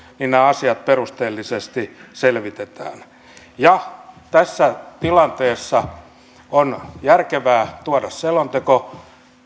niin nämä asiat perusteellisesti selvitetään tässä tilanteessa on järkevää tuoda selonteko